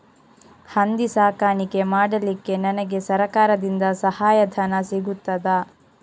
ಹಂದಿ ಸಾಕಾಣಿಕೆ ಮಾಡಲಿಕ್ಕೆ ನನಗೆ ಸರಕಾರದಿಂದ ಸಹಾಯಧನ ಸಿಗುತ್ತದಾ?